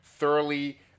Thoroughly